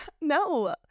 no